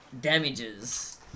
damages